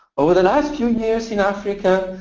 over the last few years in africa,